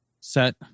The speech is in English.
set